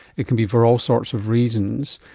it can be for all sorts of reasons.